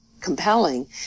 compelling